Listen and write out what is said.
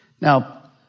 Now